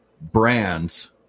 brands